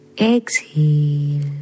Exhale